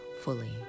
fully